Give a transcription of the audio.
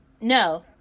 No